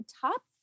top